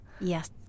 Yes